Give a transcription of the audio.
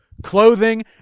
Clothing